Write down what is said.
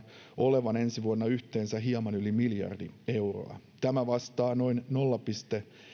olevan ensi vuonna yhteensä hieman yli miljardi euroa tämä vastaa noin nolla pilkku